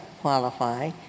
qualify